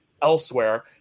elsewhere